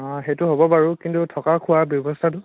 অঁ সেইটো হ'ব বাৰু কিন্তু থকা খোৱাৰ ব্যৱস্থাটো